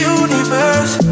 universe